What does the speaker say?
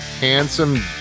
handsome